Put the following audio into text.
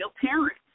parents